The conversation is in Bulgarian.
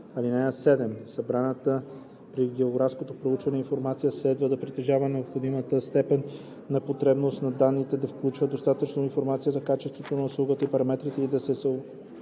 (7) Събраната при географското проучване информация следва да притежава необходимата степен на подробност на данните, да включва достатъчно информация за качеството на услугата и параметрите ѝ и да се обработва